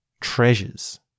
treasures